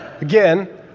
Again